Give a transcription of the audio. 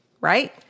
right